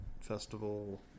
festival